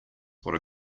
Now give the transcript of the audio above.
what